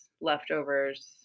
leftovers